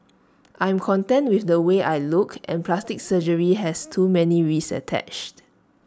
I'm content with the way I look and plastic surgery has too many risks attached